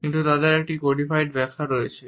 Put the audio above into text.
কিন্তু তাদের একটি কোডিফাইড ব্যাখ্যা আছে